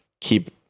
keep